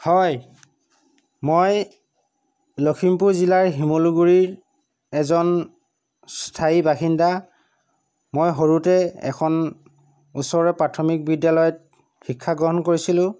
হয় মই লখিমপুৰ জিলাৰ শিমলুগুৰিৰ এজন স্থায়ী বাসিন্দা মই সৰুতে এখন ওচৰৰে প্ৰাথমিক বিদ্যালয়ত শিক্ষা গ্ৰহণ কৰিছিলোঁ